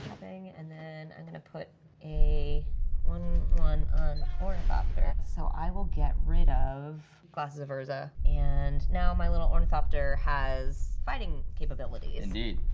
and then i'm gonna put a one, one on ornithopter, so i will get rid of glasses of urza, and now my little ornithopter has fighting capabilities. indeed.